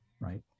Right